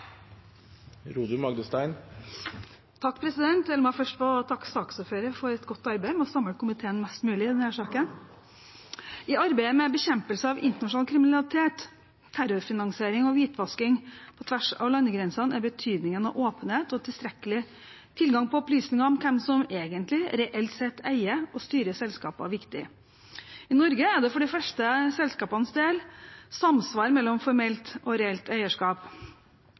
La meg først få takke saksordføreren for et godt arbeid med å samle komiteen mest mulig i denne saken. I arbeidet med bekjempelse av internasjonal kriminalitet, terrorfinansiering og hvitvasking på tvers av landegrensene er betydningen av åpenhet og tilstrekkelig tilgang på opplysninger om hvem som egentlig reelt sett eier og styrer selskaper, viktig. I Norge er det for de fleste selskapenes del samsvar mellom formelt og reelt eierskap.